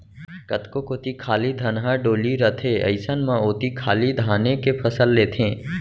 कतको कोती खाली धनहा डोली रथे अइसन म ओती खाली धाने के फसल लेथें